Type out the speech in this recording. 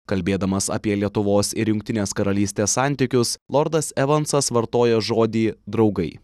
kalbėdamas apie lietuvos ir jungtinės karalystės santykius lordas evansas vartoja žodį draugai